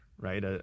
right